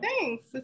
Thanks